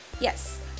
yes